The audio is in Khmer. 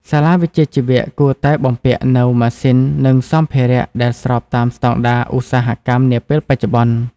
សាលាវិជ្ជាជីវៈគួរតែបំពាក់នូវម៉ាស៊ីននិងសម្ភារៈដែលស្របតាមស្តង់ដារឧស្សាហកម្មនាពេលបច្ចុប្បន្ន។